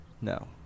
no